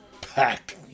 Packed